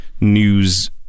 news